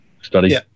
study